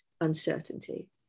uncertainty